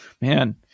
Man